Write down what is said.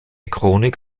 chronik